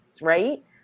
right